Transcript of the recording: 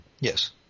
Yes